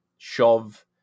Shove